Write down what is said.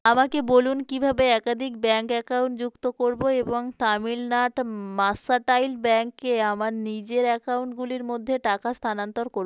আমাকে বলুন কীভাবে একাধিক ব্যাঙ্ক অ্যাকাউন্ট যুক্ত করব এবং তামিলনাড় মার্কেনটাইল ব্যাঙ্কে আমার নিজের অ্যাকাউন্টগুলির মধ্যে টাকা স্থানান্তর করব